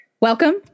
Welcome